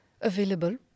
available